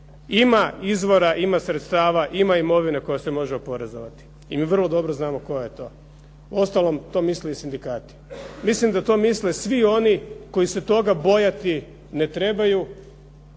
Ima izvora, ima sredstava, ima imovine koja se može oporezovati i mi vrlo dobro znamo koja je to. Uostalom, to misle i sindikati. Mislim da to misle svi oni koji se toga bojati ne trebaju,